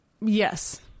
yes